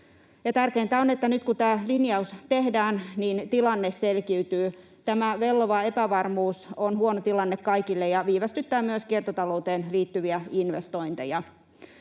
Tärkeintä on, että nyt, kun tämä linjaus tehdään, tilanne selkiytyy. Tämä vellova epävarmuus on huono tilanne kaikille ja viivästyttää myös kiertotalouteen liittyviä investointeja.